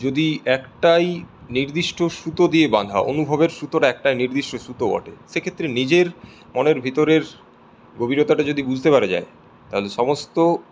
যদি একটাই নির্দিষ্ট সুতো দিয়ে বাধা অনুভবের সুতোর একটা নির্দিষ্ট সুতো বটে সেক্ষেত্রে নিজের মনের ভেতরের গভীরতাটা যদি বুঝতে পারা যায় তাহলে সমস্ত